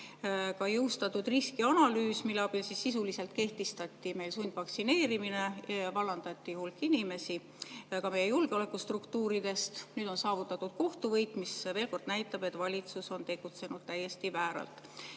jõustati riskianalüüs, mille abil sisuliselt kehtestati meil sundvaktsineerimine, vallandati hulk inimesi, ka meie julgeolekustruktuuridest. Nüüd on saavutatud kohtuvõit, mis veel kord näitab, et valitsus on tegutsenud täiesti vääralt. Samuti